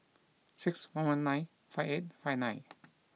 six one one nine five eight five nine